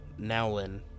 Nowlin